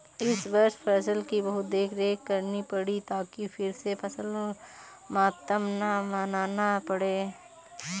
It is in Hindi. इस वर्ष फसल की बहुत देखरेख करनी पड़ी ताकि फिर से फसल मातम न मनाना पड़े